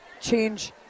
change